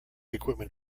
equipment